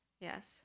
Yes